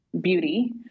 beauty